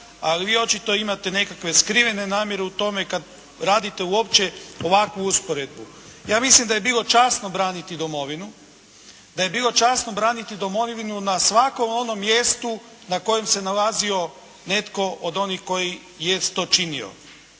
ali vi očito imate nekakve skrivene namjere u tome kad radite uopće ovakvu usporedbu. Ja mislim da je bilo časno braniti domovinu, da je bilo časno braniti domovinu na svakom onom mjestu na kojem se nalazio netko od onih koji jest to činio.